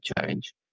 change